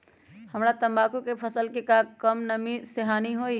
हमरा तंबाकू के फसल के का कम नमी से हानि होई?